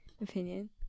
opinion